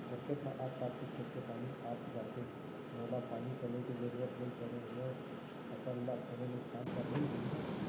मोर खेत म आसपास के खेत के पानी आप जाथे, मोला पानी पलोय के जरूरत नई परे, मोर फसल ल कोनो नुकसान त नई होही न?